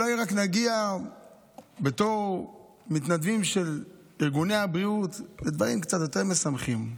אולי רק נגיע בתור מתנדבים של ארגוני הבריאות לדברים קצת יותר משמחים,